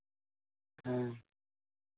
ᱦᱮᱸ